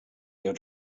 your